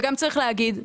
וגם צריך להגיד,